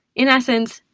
in essence,